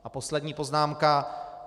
A poslední poznámka.